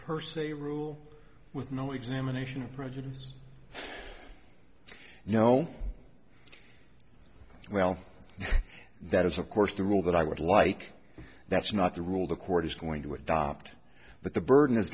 per se rule with no examination of prejudice no well that is of course the rule that i would like that's not the rule the court is going to adopt but the burden